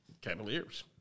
Cavaliers